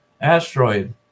asteroid